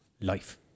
life